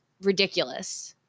ridiculous